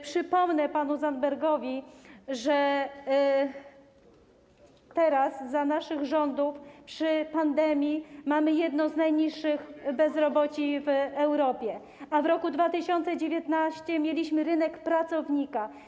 Przypomnę panu Zandbergowi, że teraz, za naszych rządów, w czasie pandemii, mamy jedno z najniższych bezroboci w Europie, a w roku 2019 mieliśmy rynek pracownika.